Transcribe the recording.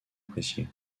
appréciés